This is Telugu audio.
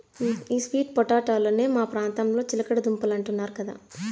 ఈ స్వీట్ పొటాటోలనే మా ప్రాంతంలో చిలకడ దుంపలంటున్నారు కదా